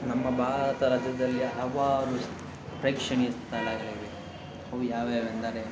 ನಮ್ಮ ಭಾರತ ರಾಜ್ಯದಲ್ಲಿ ಹಲವಾರು ಪ್ರೇಕ್ಷಣೀಯ ಸ್ಥಳಗಳಿವೆ ಅವು ಯಾವ್ಯಾವೆಂದರೆ